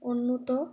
উন্নত